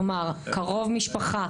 כלומר קרוב משפחה?